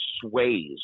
sways